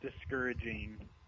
discouraging